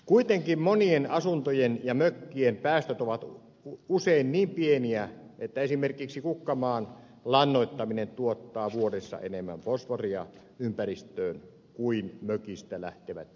kuitenkin monien asuntojen ja mökkien päästöt ovat usein niin pieniä että esimerkiksi kukkamaan lannoittaminen tuottaa vuodessa enemmän fosforia ympäristöön kuin mökistä lähtevät jätevedet